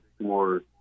more